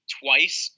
twice